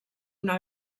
una